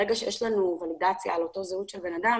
ברגע שיש לנו ולידציה על אותה זהות של בן אדם,